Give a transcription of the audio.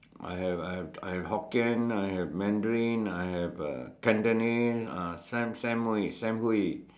I have I have I have Hokkien I have Mandarin I have uh Cantonese uh Sam Sam-Hui Sam-Hui